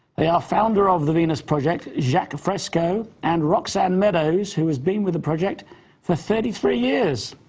they are founder of the venus project, jacque fresco, and roxanne meadows who's been with the project for thirty three years.